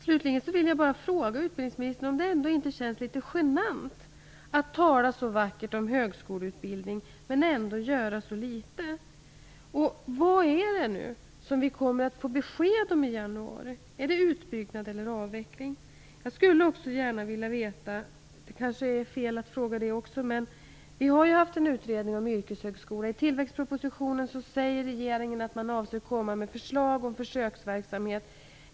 Slutligen vill jag fråga utbildningsministern om det inte känns litet genant att tala så vackert om högskoleutbildning, men ändå göra så litet. Vad är det nu vi kommer att få besked om i januari - utbyggnad eller avveckling? Jag skulle också gärna vilja veta en annan sak, även om det kanske är fel att fråga om det också. Vi har ju haft en utredning om yrkeshögskolan. I tillväxtspropositionen säger regeringen att man avser att komma med förslag om försöksverksamhet.